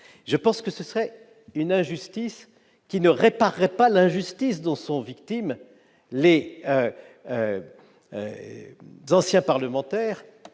? Ce serait une injustice qui ne réparerait pas l'injustice dont sont victimes les anciens parlementaires